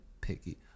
picky